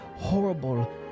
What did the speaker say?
horrible